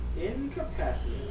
Incapacity